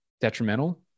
detrimental